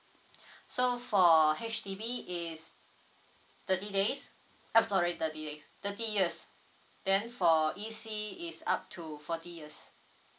so for H_D_B is thirty days eh sorry thirty days thirty years then for E_C is up to forty years